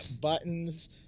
buttons